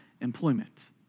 employment